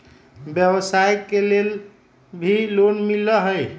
व्यवसाय के लेल भी लोन मिलहई?